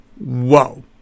Whoa